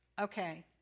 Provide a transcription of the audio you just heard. okay